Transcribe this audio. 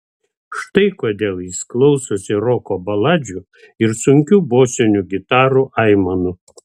štai kodėl jis klausosi roko baladžių ir sunkių bosinių gitarų aimanų